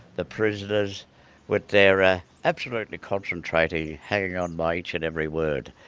the prisoners with their ah absolutely concentrating, hanging on my each and every word,